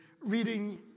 reading